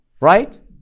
right